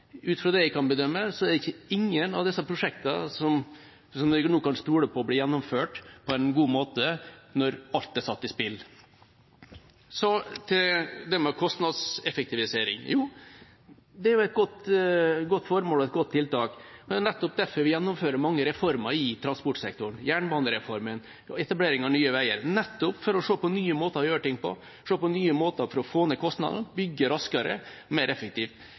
Ut fra det jeg kan bedømme, er det ingen av disse prosjektene jeg nå kan stole på blir gjennomført på en god måte – når alt er satt i spill. Så til kostnadseffektivisering. Det er et godt formål og et godt tiltak. Det er nettopp derfor vi gjennomfører mange reformer i transportsektoren, som jernbanereformen og etablering av Nye Veier – for å se på nye måter å gjøre ting på, se på nye måter å få ned kostnadene på, bygge raskere og mer effektivt.